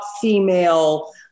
female